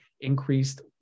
increased